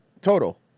Total